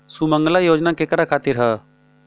सुमँगला योजना केकरा खातिर ह?